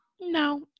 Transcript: No